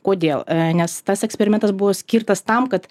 kodėl nes tas eksperimentas buvo skirtas tam kad